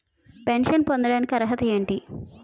Pension పొందడానికి అర్హత ఏంటి?